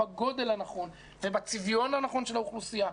בגודל הנכון ובצביון הנכון של האוכלוסייה.